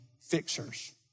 fixers